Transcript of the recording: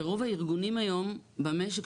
ורוב הארגונים היום במשק,